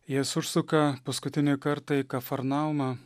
jis užsuka paskutinį kartą į kafarnaumą